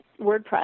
WordPress